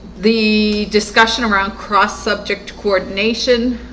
the discussion around cross subject coordination